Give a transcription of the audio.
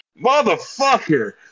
motherfucker